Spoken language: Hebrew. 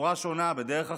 בצורה שונה, בדרך אחרת.